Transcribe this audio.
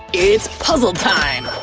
it's puzzle time!